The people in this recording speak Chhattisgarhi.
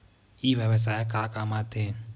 ई व्यवसाय का काम आथे?